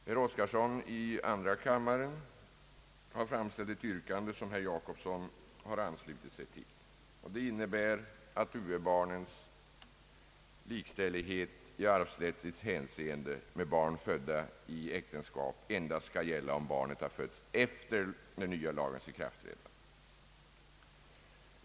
Herr Oskarson i andra kammaren har framställt ett yrkande som herr Jacobsson har anslutit sig till och som innebär att utomäktenskapliga barns likställighet i arvsrättsligt hänseende med barn födda inom äktenskapet endast skall gälla om barnet har fötts efter den nya lagens ikraftträdande.